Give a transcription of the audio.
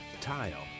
tile